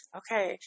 okay